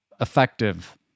effective